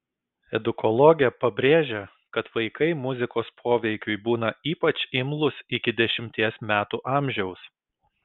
edukologė pabrėžia kad vaikai muzikos poveikiui būna ypač imlūs iki dešimties metų amžiaus